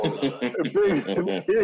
Big